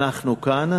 אנחנו כאן,